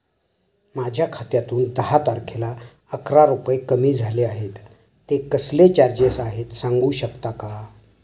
माझ्या खात्यातून दहा तारखेला अकरा रुपये कमी झाले आहेत ते कसले चार्जेस आहेत सांगू शकता का?